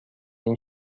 این